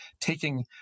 taking